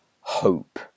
hope